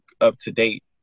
up-to-date